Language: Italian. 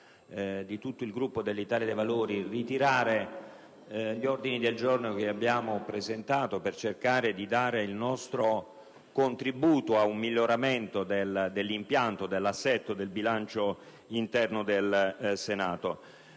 del Valori concordi al riguardo - ritirare gli ordini del giorno che abbiamo presentato per cercare di dare il nostro contributo ad un miglioramento dell'impianto, dell'assetto del bilancio interno del Senato.